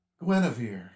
Guinevere